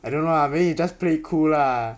I don't know lah maybe he just play it cool lah